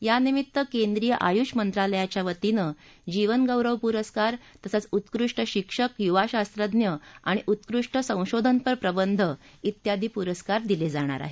यानिमित्त केंद्रीय आयूष मंत्रालयाच्या वतीनं जीवनगौरव पुरस्कार उत्कृष्ट शिक्षक युवा शास्त्रज्ञ आणि उत्कृष्ट संशोधनपर प्रबंध त्यादी पुरस्कार दिले जाणार आहेत